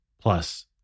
Plus